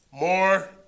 more